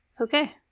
Okay